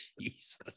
Jesus